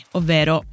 ovvero